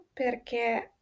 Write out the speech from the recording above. perché